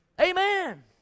Amen